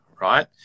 right